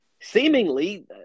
Seemingly